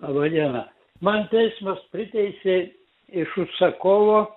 laba diena man teismas priteisė iš užsakovo